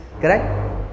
correct